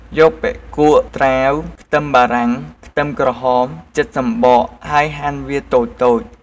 យកបុិកួៈ ត្រាវ ខ្ទឹមបារាំង ខ្ទឹមក្រហម ចិតសំបកហើយហាន់វាតូចៗ។